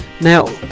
now